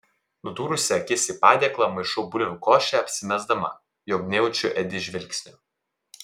nudūrusi akis į padėklą maišau bulvių košę apsimesdama jog nejaučiu edi žvilgsnio